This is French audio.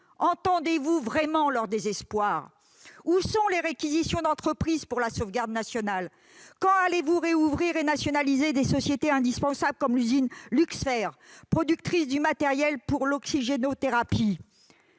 entend-il vraiment leur désespoir ? Où sont les réquisitions d'entreprises pour la sauvegarde nationale ? Quand allez-vous rouvrir et nationaliser des sociétés indispensables, comme l'usine Luxfer, productrice du matériel pour l'oxygénothérapie ?